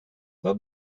vad